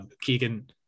Keegan